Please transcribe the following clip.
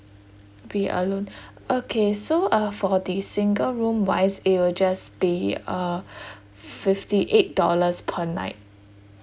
be alone okay so uh for the single room wise it will just be uh fifty eight dollars per night